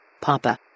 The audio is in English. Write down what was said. Papa